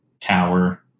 tower